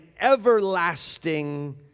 everlasting